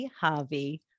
Harvey